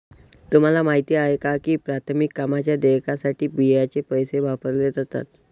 तुम्हाला माहिती आहे का की प्राथमिक कामांच्या देयकासाठी बियांचे पैसे वापरले जातात?